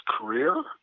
career